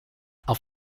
auf